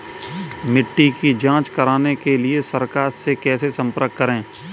मिट्टी की जांच कराने के लिए सरकार से कैसे संपर्क करें?